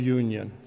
union